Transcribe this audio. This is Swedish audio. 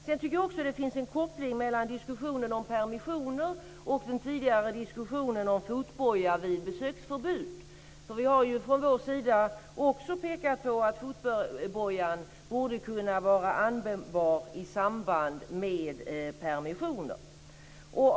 Jag tycker också att det finns en koppling mellan diskussionen om permissioner och den tidigare diskussionen om fotboja vid besöksförbud. Vi har ju från vår sida också pekat på att fotbojan borde kunna vara användbar i samband med permissioner.